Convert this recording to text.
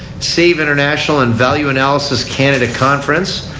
save international and value analysis canada conference.